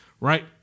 Right